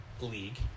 league